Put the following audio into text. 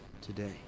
today